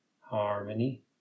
harmony